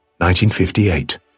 1958